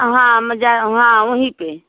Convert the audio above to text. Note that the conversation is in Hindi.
हाँ मजा वहाँ वहीं पर